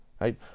right